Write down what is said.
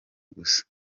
gusa